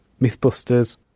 Mythbusters